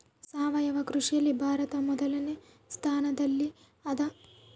ಸಾವಯವ ಕೃಷಿಯಲ್ಲಿ ಭಾರತ ಮೊದಲನೇ ಸ್ಥಾನದಲ್ಲಿ ಅದ